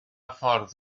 ffordd